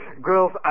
Girls